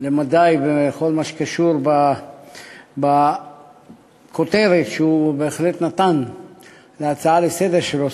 למדי בכל מה שקשור בכותרת שהוא נתן להצעה לסדר-היום שלו,